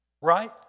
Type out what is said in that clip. Right